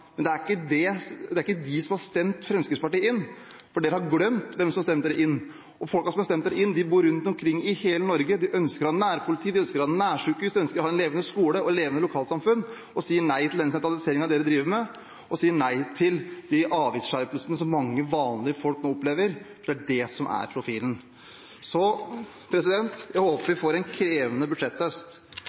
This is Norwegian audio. det er ikke de som har stemt Fremskrittspartiet inn, for Fremskrittspartiet har glemt hvem som stemte dem inn: Folkene som stemte dem inn, bor rundt omkring i hele Norge, og de ønsker å ha nærpoliti, nærsykehus, en levende skole og et levende lokalsamfunn. De sier nei til den sentraliseringen dere driver med, og de sier nei til de avgiftsskjerpelsene som mange vanlige folk nå opplever, for det er det som er profilen. Så jeg håper vi får en krevende